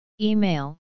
Email